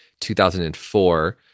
2004